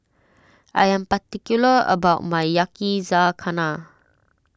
I am particular about my Yakizakana